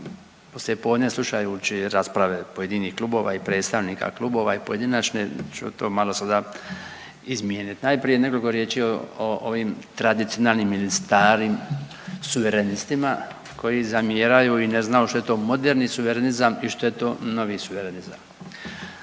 poslije podne slušajući rasprave pojedinih klubova i predstavnika klubova i pojedinačne ću to malo sada izmijeniti. Najprije nekoliko riječi o ovim tradicionalnim ili starim Suverenistima koji zamjeraju i ne znaju što je to moderni suverenizam i što je to novi suverenizam.